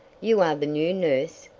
you are the new nurse!